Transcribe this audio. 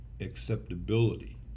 acceptability